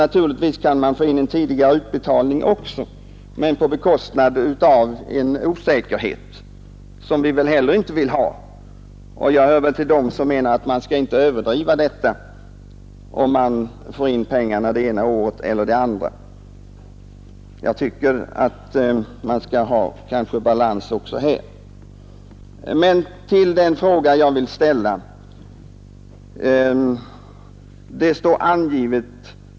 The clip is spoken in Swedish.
Naturligtvis kan man åstadkomma en tidigare utbetalning, men på bekostnad av säkerheten, som vi inte heller vill minska. Jag hör för övrigt till dem som anser att man inte bör överdriva betydelsen av att få in pengarna det ena året eller det andra, och jag tycker att det bör vara balans i värdering och kritik också här. Så till den fråga jag vill ställa.